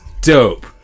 Dope